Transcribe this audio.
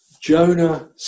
Jonah